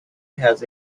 has